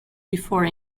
before